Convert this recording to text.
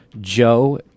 Joe